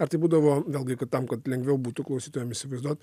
ar tai būdavo vėlgi tam kad lengviau būtų klausytojam įsivaizduot